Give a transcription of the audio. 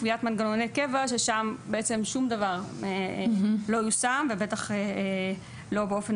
קביעת מנגנוני קבע ששם בעצם שום דבר לא יושם ובטח לא באופן